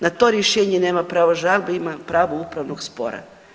Na to rješenje nema pravo žalbe, ima pravo upravnog spora.